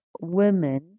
women